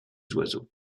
oiseaux